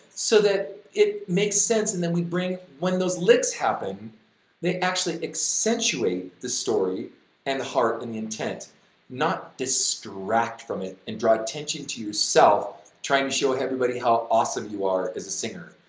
so that it makes sense and then we bring, when those licks happen they actually accentuate the story and heart and intent not distract from it and draw attention to yourself, trying to show everybody how awesome you are as a singer,